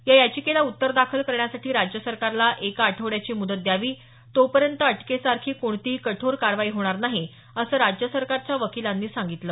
या याचिकेला उत्तर दाखल करण्यासाठी राज्य सरकारला एका आठवड्याची मुदत द्यावी तोपर्यंत अटकेसारखी कोणतीही कठोर कारवाई होणार नाही असं राज्य सरकारच्या वकीलांनी सांगितलं